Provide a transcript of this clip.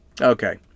Okay